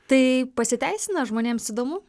tai pasiteisina žmonėms įdomu